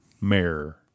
mayor